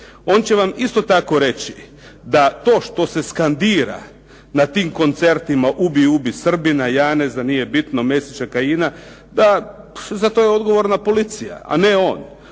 On će vam isto tako reći da to što se skandira na tim koncertima "Ubij, ubij Srbina", Janeza, nije bitno, Mesića, Kajina za to je odgovorna policija a ne on.